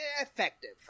effective